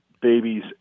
babies